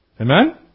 Amen